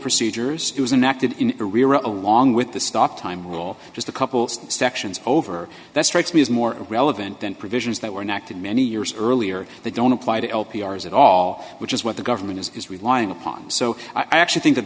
procedures it was an active in arrear along with the stop time rule just a couple sections over that strikes me as more relevant than provisions that were enacted many years earlier that don't apply to l p r as at all which is what the government is relying upon so i actually think that